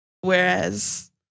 Whereas